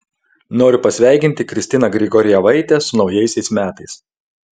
noriu pasveikinti kristiną grigorjevaitę su naujaisiais metais